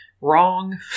wrong